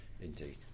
Indeed